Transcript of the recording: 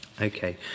Okay